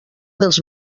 dels